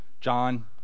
John